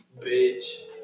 bitch